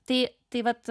tai tai vat